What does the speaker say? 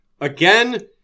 again